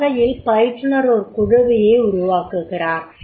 இவ்வகையில் பயிற்றுனர் ஒரு குழுவையே உருவாக்குகிறார்